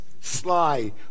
sly